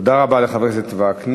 תודה רבה לחבר הכנסת וקנין.